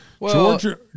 Georgia